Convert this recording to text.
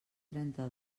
trenta